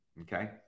Okay